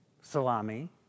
salami